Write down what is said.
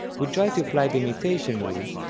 we'll try to apply the mutation rules,